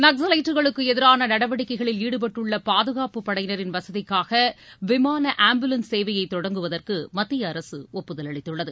நக்ஸலைட்டுகளுக்கு எதிரான நடவடிக்கைகளில் ஈடுபட்டுள்ள பாதுகாப்புப் படையினரின் வசதிக்காக விமான ஆம்புலன்ஸ் சேவையை தொடங்குவதற்கு மத்திய அரசு ஒப்புதல் அளித்துள்ளது